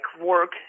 work